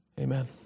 Amen